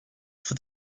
for